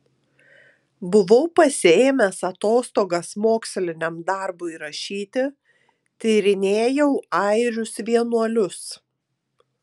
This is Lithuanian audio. buvau pasiėmęs atostogas moksliniam darbui rašyti tyrinėjau airius vienuolius